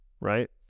right